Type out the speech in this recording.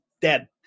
dead